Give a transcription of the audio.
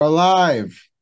alive